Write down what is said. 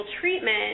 treatment